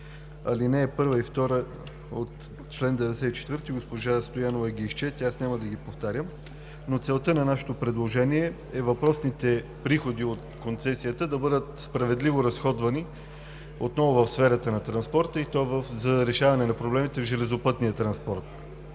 Алинеи 1 и 2 от чл. 94 госпожа Стоянова ги изчете и няма да ги повтарям. Целта на нашето предложение е въпросните приходи от концесията да бъдат справедливо разходвани отново в сферата на транспорта и то за решаване на проблемите в железопътния транспорт.